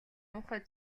муухай